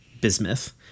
Bismuth